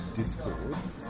discords